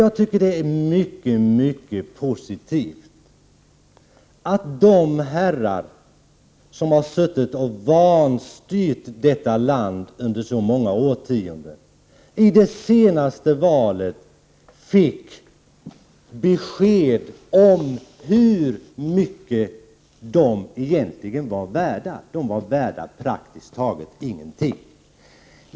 Jag tycker att det är mycket positivt att de herrar som under många årtionden har vanstyrt detta land i det senaste valet fick besked om hur mycket de egentligen är värda. De är värda praktiskt taget ingenting.